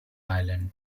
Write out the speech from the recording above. island